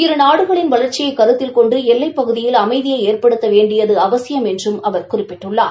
இரு நாடுகளின் வளர்ச்சியை கருத்தில் கொண்டு ஏல்லைப் பகுதியில் அமைதியை எற்படுத்த வேண்டிய அவசியம் என்றும் அவர் குறிப்பிட்டுள்ளார்